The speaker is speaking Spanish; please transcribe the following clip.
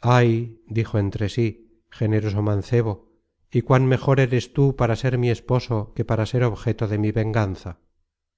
ay dijo entre sí generoso mancebo y cuán mejor eres tú para ser mi esposo que para ser objeto de mi venganza